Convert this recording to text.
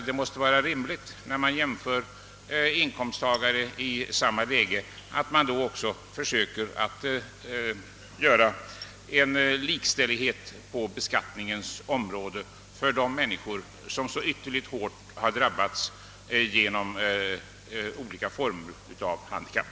Det måste vara rimligt att man vid en jämförelse av inkomsttagare i samma läge också försöker åstadkomma likställighet i fråga om beskattningen för de människor som så ytterligt hårt har drabbats av olika former av handikapp.